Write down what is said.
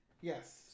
Yes